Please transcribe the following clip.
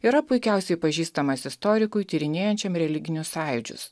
yra puikiausiai pažįstamas istorikui tyrinėjančiam religinius sąjūdžius